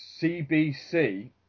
CBC